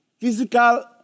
physical